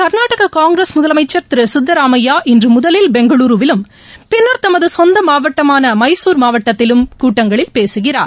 கா்நாடக காங்கிரஸ் முதலமைச்சா் திரு சித்தராமையா இன்று முதலில் பெங்களூருவிலும் பின்னா் தமது சொந்த மாவட்டமான மைசூர் மாவட்டத்திலும் கூட்டங்க்ளில் பேசுகிறார்